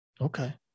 Okay